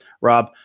Rob